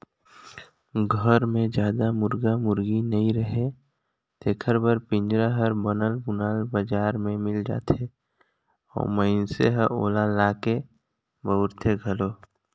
घर मे जादा मुरगा मुरगी नइ रहें तेखर बर पिंजरा हर बनल बुनाल बजार में मिल जाथे अउ मइनसे ह ओला लाके बउरथे घलो